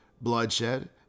bloodshed